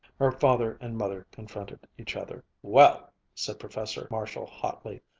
her father and mother confronted each other. well! said professor marshall hotly,